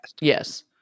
Yes